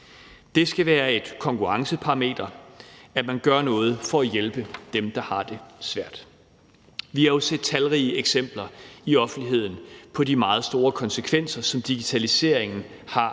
Det skal være et konkurrenceparameter, at man gør noget for at hjælpe dem, der har det svært. Vi har jo set talrige eksempler i offentligheden på de meget store konsekvenser, som digitaliseringen af